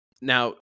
Now